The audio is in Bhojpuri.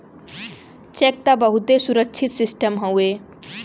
चेक त बहुते सुरक्षित सिस्टम हउए